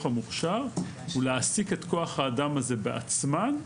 המוכשר הוא להעסיק את כוח האדם הזה בעצמו,